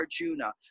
Arjuna